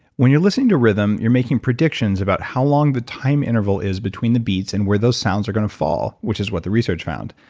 when you're listening to rhythm, you're making predictions about how long the time interval is between the beats, and where those sounds are going to fall which is what the research found.